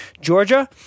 Georgia